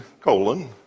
colon